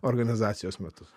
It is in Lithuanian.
organizacijos metus